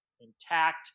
intact